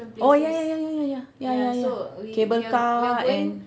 oh ya ya ya ya ya ya ya ya ya cable car and